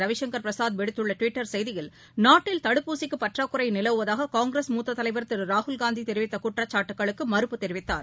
ரவிசங்கர் பிரசாத் விடுத்துள்ளட்விட்டர் செய்தியில் நாட்டில் தடுப்பூசிக்குபற்றாக்குறைநிலவுவதாககாங்கிரஸ் திரு ராகுல் மூத்ததைவர் காந்திதெரிவித்தகுற்றச்சாட்டுக்களுக்குமறுப்பு தெரிவித்தார்